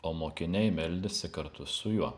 o mokiniai meldėsi kartu su juo